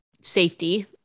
safety